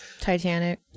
titanic